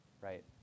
right